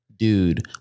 Dude